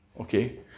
Okay